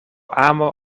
amo